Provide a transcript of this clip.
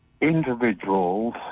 individuals